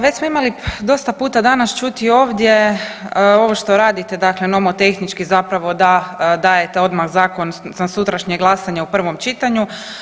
Već smo imali dosta puta danas čuti ovdje ovo što radite dakle nomotehnički zapravo da dajte odmah zakon na sutrašnje glasanje u prvom čitanju.